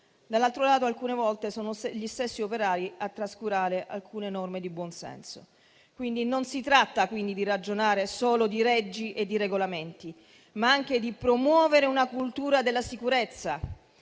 Dall'altro lato, alcune volte sono gli stessi operai a trascurare alcune norme di buonsenso. Si tratta, quindi, non solo di ragionare solo di leggi e di regolamenti, ma anche di promuovere una cultura della sicurezza.